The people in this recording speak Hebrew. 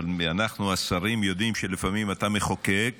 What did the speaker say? אבל אנחנו השרים יודעים שלפעמים אתה מחוקק